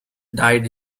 died